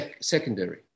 secondary